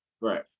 Right